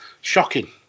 Shocking